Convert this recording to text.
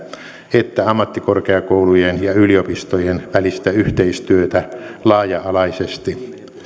että ammattikorkeakoulujen ja yliopistojen välistä yhteistyötä laaja alaisesti